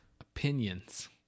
opinions